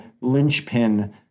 linchpin